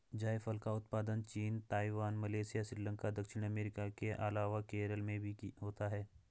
जायफल का उत्पादन चीन, ताइवान, मलेशिया, श्रीलंका, दक्षिण अमेरिका के अलावा केरल में भी होता है